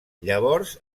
llavors